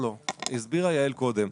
הסבירה יעל קודם,